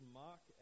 mock